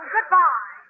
Goodbye